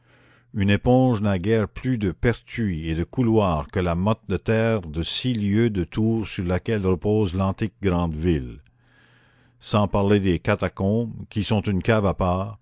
une éponge n'a guère plus de pertuis et de couloirs que la motte de terre de six lieues de tour sur laquelle repose l'antique grande ville sans parler des catacombes qui sont une cave à part